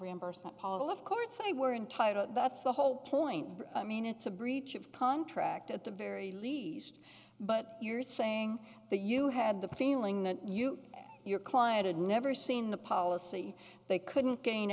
reimbursement possible of course they were in title that's the whole point i mean it's a breach of contract at the very least but you're saying that you had the feeling that you and your client had never seen the policy they couldn't gain